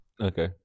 Okay